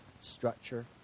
structure